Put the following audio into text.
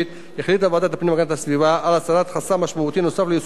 ועדת הפנים והגנת הסביבה על הסרת חסם משמעותי נוסף ליישום תוכנית החיזוק.